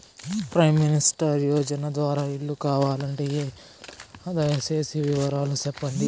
Prime minister యోజన ద్వారా ఇల్లు కావాలంటే ఎలా? దయ సేసి వివరాలు సెప్పండి?